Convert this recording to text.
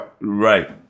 Right